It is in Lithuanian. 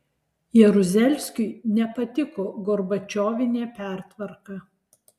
jaruzelskiui nepatiko gorbačiovinė pertvarka